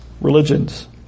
religions